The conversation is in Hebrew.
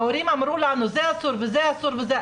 ההורים אמרו לנו: זה אסור וזה אסור וזה אסור,